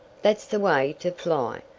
that's the way to fly,